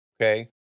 okay